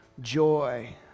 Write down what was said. joy